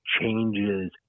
changes